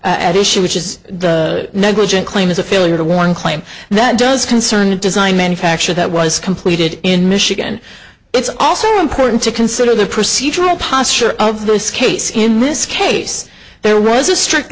at issue which is the negligent claim is a failure to one claim that does concern design manufacture that was completed in michigan it's also important to consider the procedural posture of this case in this case there was a strict